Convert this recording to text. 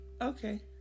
Okay